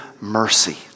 mercy